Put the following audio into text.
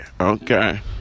okay